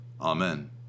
Amen